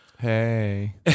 Hey